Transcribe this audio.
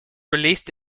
released